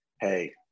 hey